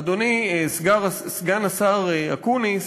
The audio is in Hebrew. אדוני סגן השר אקוניס,